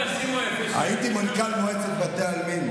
הייתי מנכ"ל מועצת בתי עלמין,